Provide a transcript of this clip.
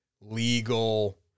legal